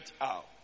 out